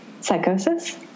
psychosis